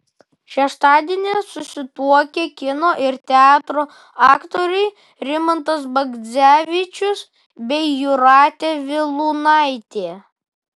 šeštadienį susituokė kino ir teatro aktoriai rimantas bagdzevičius bei jūratė vilūnaitė